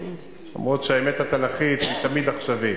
אפילו שהאמת התנ"כית היא תמיד עכשווית.